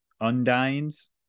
undines